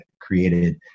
created